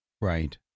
Right